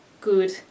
good